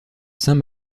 saint